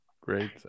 great